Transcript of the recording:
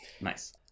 Nice